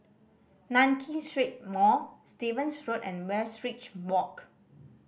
Nankin Street Mall Stevens Road and Westridge Walk